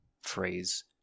phrase